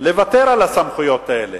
לוותר על הסמכויות האלה.